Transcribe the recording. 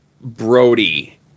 Brody